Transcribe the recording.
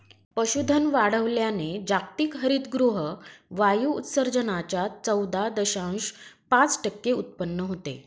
पशुधन वाढवल्याने जागतिक हरितगृह वायू उत्सर्जनाच्या चौदा दशांश पाच टक्के उत्पन्न होते